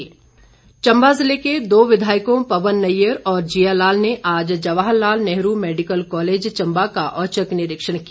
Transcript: औचक निरीक्षण चंबा जिले के दो विधायकों पवन नैयर और जिया लाल ने आज जवाहर लाल नेहरू मैडिकल कॉलेज चम्बा का औचक निरीक्षण किया